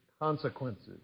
consequences